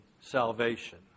salvation